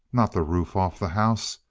not the roof off the house.